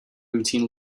routine